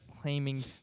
claiming